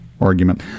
argument